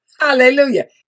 Hallelujah